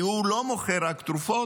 כי הוא לא מוכר רק תרופות,